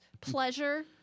pleasure